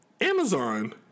Amazon